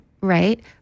Right